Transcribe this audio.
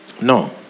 No